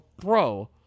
bro